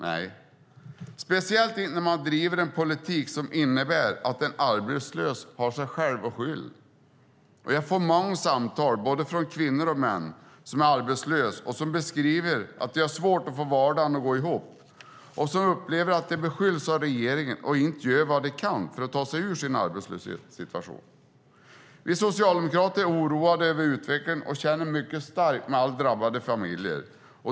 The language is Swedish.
Nej - speciellt inte när man driver en politik som innebär att en arbetslös har sig själv att skylla. Jag får många samtal från både kvinnor och män som är arbetslösa, som beskriver att de har svårt att få vardagen att gå ihop och som upplever att de beskylls av regeringen för att inte göra vad de kan för att ta sig ur sin arbetslöshetssituation. Vi socialdemokrater är oroade över utvecklingen och känner mycket starkt med alla drabbade familjer.